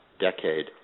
decade –